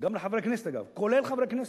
גם לחברי כנסת, אגב, כולל חברי כנסת.